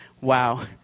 Wow